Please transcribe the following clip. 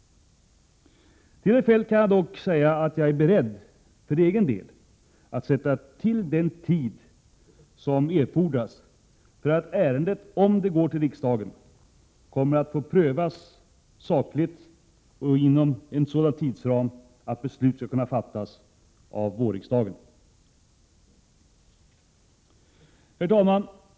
Till herr Feldt kan jag säga att jag är beredd för egen del att sätta till den tid som erfordras för att ärendet, om det går till riksdagen, kommer att få prövas sakligt och inom en sådan tidsram att beslut skall kunna fattas av vårriksdagen. Herr talman!